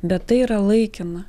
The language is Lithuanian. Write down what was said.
bet tai yra laikina